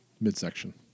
midsection